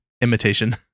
Imitation